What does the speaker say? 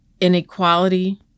inequality